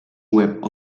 web